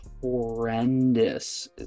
horrendous